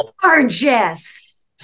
gorgeous